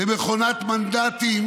למכונת מנדטים